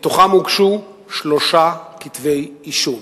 מתוכם הוגשו שלושה כתבי-אישום.